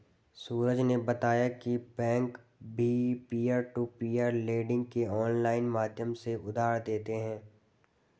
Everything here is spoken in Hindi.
सूरज ने बताया की बैंक भी पियर टू पियर लेडिंग के ऑनलाइन माध्यम से उधार देते हैं